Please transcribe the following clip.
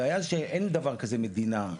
הבעיה שאין דבר כזה מדינה,